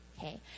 Okay